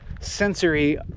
sensory